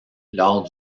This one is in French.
lors